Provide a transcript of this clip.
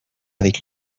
avec